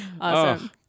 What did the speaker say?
Awesome